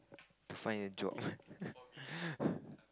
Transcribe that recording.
to find a job